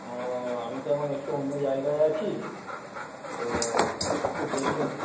ও আমি তখন একটু অন্য জায়গায় আছি তো একটু দেরি হবে